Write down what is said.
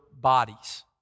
bodies